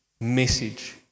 message